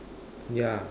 yeah